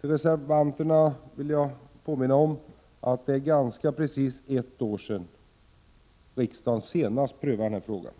Jag vill påminna reservanterna om att det är ganska precis ett år sedan riksdagen senast prövade denna fråga.